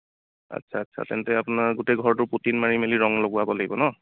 আচ্ছা আচ্ছা তেন্তে আপোনাৰ গোটেই ঘৰটো পুটিন মাৰি মেলি ৰং লগোৱাব লাগিব ন'